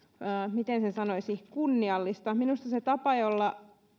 miten sen sanoisi kunniallista minusta se tapa jolla